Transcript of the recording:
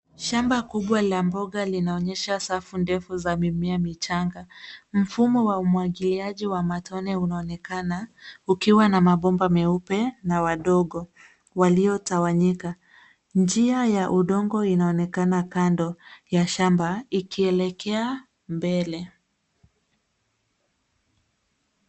Shamba kubwa la mboga linaonyesha safu ndefu za mimea michanga. Mfumo wa umwagiliaji wa matone unaonekana ukiwa na mabomba meupe na wadogo waliotawanyika. Njia ya udongo inaonekana kando ya shamba ikielekea mbele.